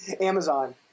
Amazon